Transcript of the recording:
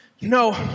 No